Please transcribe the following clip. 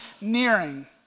nearing